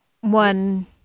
one